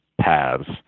paths